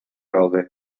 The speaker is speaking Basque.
gaude